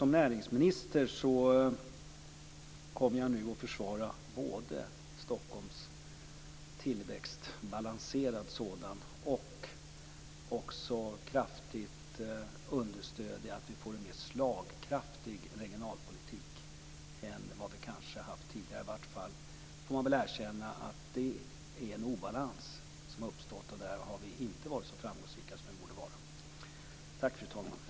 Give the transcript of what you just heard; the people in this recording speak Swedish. Som näringsminister tänker jag nu försvara en balanserad tillväxt i Stockholm och kraftigt understödja att vi får en mer slagkraftig regionalpolitik än vad i har haft tidigare. I vart fall skall det väl erkännas att det har uppstått en obalans, och där har vi inte varit så framgångsrika som vi borde ha varit.